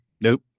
Nope